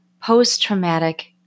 post-traumatic